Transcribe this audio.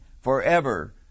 forever